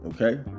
okay